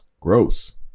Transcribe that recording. Gross